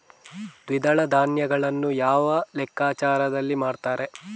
ದ್ವಿದಳ ಧಾನ್ಯಗಳನ್ನು ಯಾವ ಲೆಕ್ಕಾಚಾರದಲ್ಲಿ ಮಾರ್ತಾರೆ?